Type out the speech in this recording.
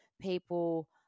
people